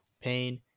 pain